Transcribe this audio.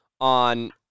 on